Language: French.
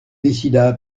décida